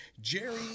Jerry